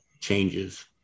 changes